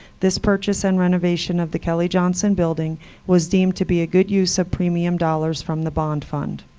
this purchase and renovation of the kelly johnson building was deemed to be a good use of premium dollars from the bond fund.